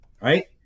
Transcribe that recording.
Right